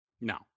No